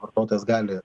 vartotojas gali